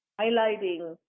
highlighting